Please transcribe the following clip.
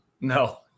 No